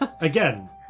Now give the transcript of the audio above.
Again